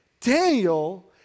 Daniel